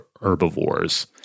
herbivores